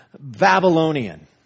Babylonian